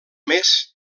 més